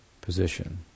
position